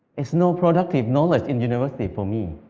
there's no productive knowledge in university for me.